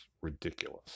ridiculous